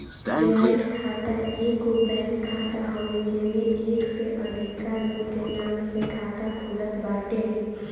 joint खाता एगो bank खाता हवे जेमे एक से अधिका लोग के नाम से खाता खुलत बाटे